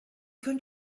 könnt